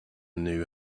knew